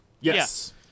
yes